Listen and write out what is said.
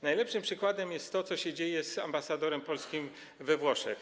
Najlepszym przykładem jest to, co się dzieje z ambasadorem polskim we Włoszech.